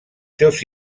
seus